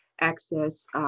access